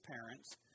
parents